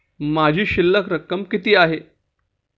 माझी शिल्लक रक्कम किती आहे?